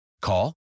Call